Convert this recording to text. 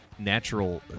natural